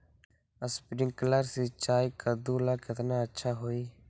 Sprinkler सिंचाई कददु ला केतना अच्छा होई?